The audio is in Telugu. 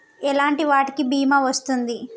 ఎలాంటి వాటికి బీమా వస్తుంది?